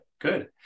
Good